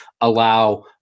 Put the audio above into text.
allow